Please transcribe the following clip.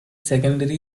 secondary